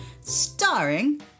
Starring